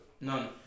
None